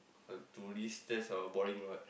uh destress or boring or what